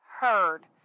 heard